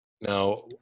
now